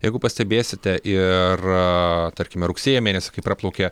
jeigu pastebėsite ir tarkime rugsėjo mėnesį kai praplaukė